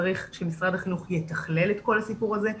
צריך שמשרד החינוך יתכלל את כל הדבר הזה,